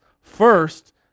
first